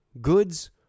goods